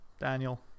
Daniel